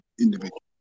individual